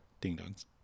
ding-dongs